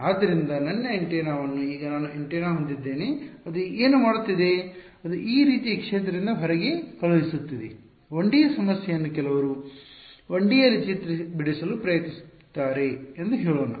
ಆದ್ದರಿಂದ ನನ್ನ ಆಂಟೆನಾವನ್ನು ಈಗ ನಾನು ಆಂಟೆನಾ ಹೊಂದಿದ್ದೇನೆ ಅದು ಏನು ಮಾಡುತ್ತಿದೆ ಅದು ಈ ರೀತಿಯ ಕ್ಷೇತ್ರದಿಂದ ಹೊರಗೆ ಕಳುಹಿಸುತ್ತಿದೆ 1ಡಿ ಸಮಸ್ಯೆಯನ್ನು ಕೆಲವರು 1ಡಿ ಯಲ್ಲಿ ಚಿತ್ರಬಿಡಿಸಲು ಪ್ರಯತ್ನಿಸುತ್ತಿದ್ದಾರೆ ಎಂದು ಹೇಳೋಣ